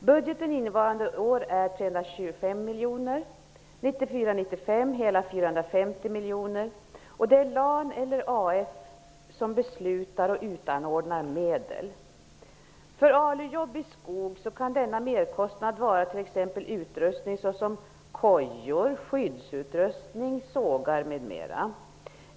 Budgeten för innevarande år är 325 miljoner. För år 1994/95 är budgeten hela 450 miljoner. Det är Länsarbetsnämnden eller Arbetsförmedlingen som beslutar om och utanordnar medel. För ALU-jobb i skog kan merkostnaden gälla utrustning såsom kojor, skyddsutrustning och sågar.